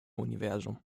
universum